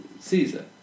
Caesar